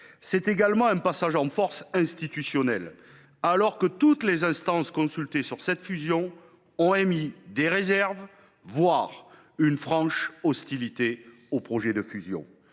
C’est également un passage en force institutionnel, alors que toutes les instances consultées sur ce projet de fusion ont émis des réserves, voire exprimé une franche hostilité. Surtout, vous